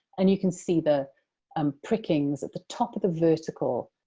and you can see the um prickings at the top of the vertical